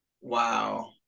Wow